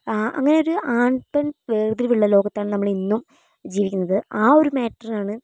അങ്ങനെ ഒരു ആൺ പെൺ വേർതിരിവ് ഉള്ള ലോകത്താണ് നമ്മൾ ഇന്നും ജീവിക്കുന്നത് ആ ഒരു മേറ്ററാണ്